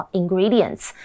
ingredients